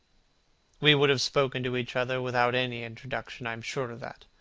we would have spoken to each other without any introduction. i am sure of that.